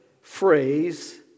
phrase